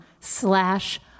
slash